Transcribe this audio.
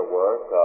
work